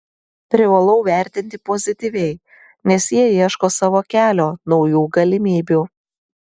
privalau vertinti pozityviai nes jie ieško savo kelio naujų galimybių